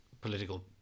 political